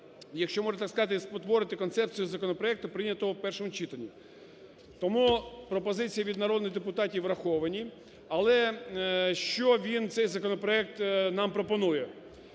якщо можна так сказати, спотворити концепцію законопроекту прийнятого в першому читанні. Тому пропозиції від народних депутатів враховані. Але що він, цей законопроект нам пропонує?